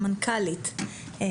מנכ"לית התוכנית "פותחים עתיד",